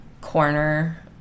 corner